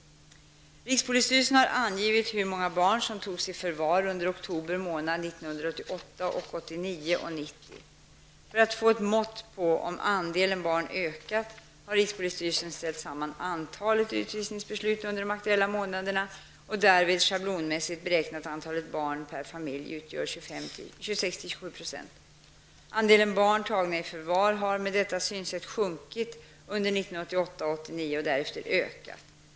Rikspolisstyrelsen har angivit hur många barn som togs i förvar under oktober månad 1988, 1989 och 1990. För att få ett mått på om andelen barn ökat har rikspolisstyrelsen ställt samman antalet utvisningsbeslut under de aktuella månaderna och därvid schablonmässigt beräknat att andelen barn per familj utgör 26--27 %. Andelen barn tagna i förvar har sjunkit under 1988 och 1989 och därefter ökat.